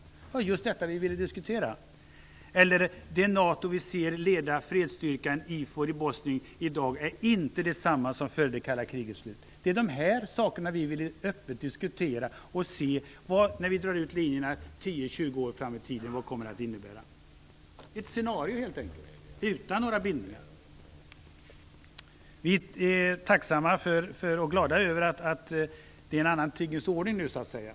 Det var ju just detta som vi ville diskutera. Utrikesministern säger också: "Det NATO vi ser leda fredsstyrkan IFOR i Bosnien i dag är inte detsamma som före det kalla krigets slut." Det är dessa saker som vi öppet ville diskutera, och vi ville se vad det kommer att innebära om vi drar ut linjerna 10-20 år framåt i tiden - ett scenario helt enkelt, utan några bindningar. Vi är tacksamma och glada över att det nu är en annan tingens ordning.